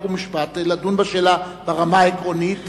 חוק ומשפט לדון בשאלה ברמה העקרונית